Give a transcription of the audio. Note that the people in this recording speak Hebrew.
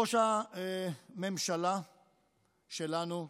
ראש הממשלה שלנו,